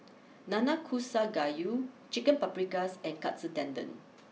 Nanakusa Gayu Chicken Paprikas and Katsu Tendon